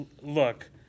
look